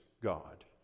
God